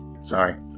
Sorry